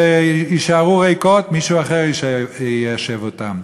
שיישארו ריקות, מישהו אחר יישב אותן.